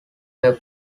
were